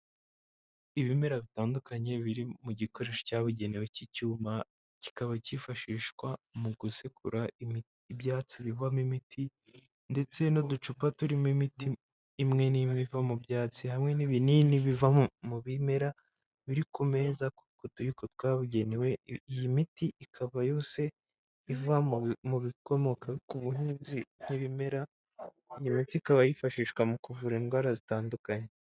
Ibimera bitandukanye biri mu gikoresho cyabugenewe cy'icyuma kikaba cyifashishwa mu gusekura ibyatsi bivamo imiti ndetse n'uducupa turimo imiti imwe n'imwe iva mu byatsi hamwe n'ibinini biva mu bimera biri ku meza kutuyiko twabugenewe iyi miti ikava yose iva mu bikomoka ku buhinzi n'ibimera iyi miti ikaba yifashishwa mu kuvura indwara zitandukanye.